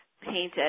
painted